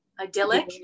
idyllic